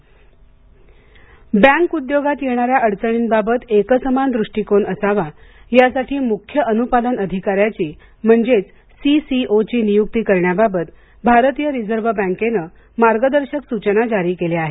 RBI bank उद्योगात येणाऱ्या अडचणींबाबत एकसमान दृष्टीकोन असावा यासाठी मुख्य अनुपालन अधिकाऱ्याची म्हणजेच सीसीओ ची नियुक्ती करण्याबाबत भारतीय रिझर्व्ह बँकेनं मार्गदर्शक सूचना जारी केल्या आहेत